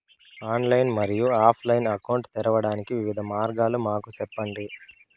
Online మరియు offline account తెరవడానికి వివిధ మార్గాలు మాకు సెప్పండి?